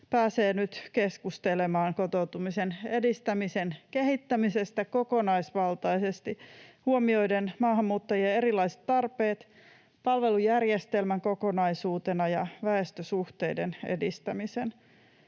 pääsee nyt keskustelemaan kotoutumisen edistämisen kehittämisestä kokonaisvaltaisesti huomioiden maahanmuuttajien erilaiset tarpeet, palvelujärjestelmän kokonaisuutena ja väestösuhteiden edistämisen.